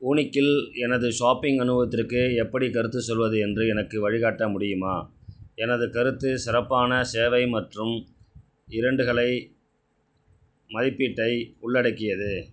வூனிக்கில் எனது ஷாப்பிங் அனுபவத்திற்கு எப்படிக் கருத்துச் சொல்வது என்று எனக்கு வழிகாட்ட முடியுமா எனது கருத்து சிறப்பான சேவை மற்றும் இரண்டுகளை மதிப்பீட்டை உள்ளடக்கியது